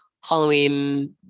Halloween